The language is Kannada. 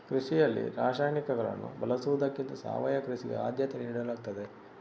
ಕೃಷಿಯಲ್ಲಿ ರಾಸಾಯನಿಕಗಳನ್ನು ಬಳಸುವುದಕ್ಕಿಂತ ಸಾವಯವ ಕೃಷಿಗೆ ಆದ್ಯತೆ ನೀಡಲಾಗ್ತದೆ